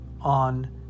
on